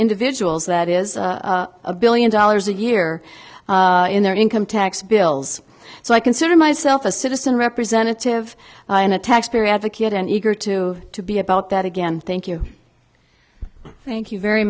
individuals that is a billion dollars a year in their income tax bills so i consider myself a citizen representative in a taxpayer advocate and eager to be about that again thank you thank you very